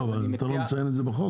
לא, אבל אתה לא מציין את זה בחוק?